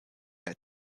had